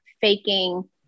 faking